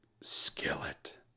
skillet